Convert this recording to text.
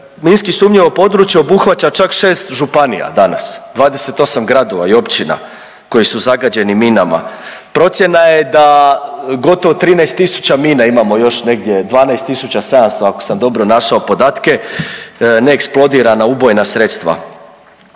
minski sumnjivo područje obuhvaća čak 6 županija danas, 28 gradova i općina koji su zagađeni minama. Procjena je da gotovo 13000 mina imamo još negdje, 12700 ako sam dobro našao podatke neeksplodirana ubojna sredstva.